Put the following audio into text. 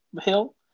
Hill